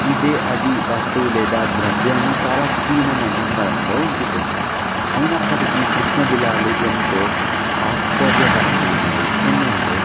ఇదే అది వస్తువు లేదా ద్రవ్యాన్ని చాలా క్షీణమైన స్థలంలో ఉంచుతుంది అయినప్పటికీ కృష్ణబిలాలు ఎంతో ఆశ్చర్యకరమైనవి ఏంటంటే